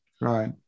Right